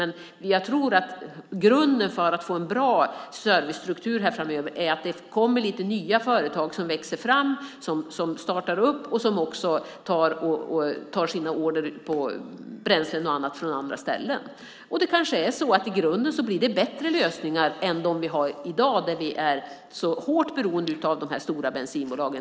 Men jag tror att grunden för att få en bra servicestruktur framöver är att det växer fram lite nya företag som lägger sina order och tar bränslen och annat från andra ställen. Det kanske är så att det i grunden blir bättre lösningar än de vi har i dag, då vi är så hårt beroende av de stora bensinbolagen.